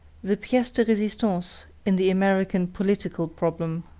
the piece de resistance in the american political problem.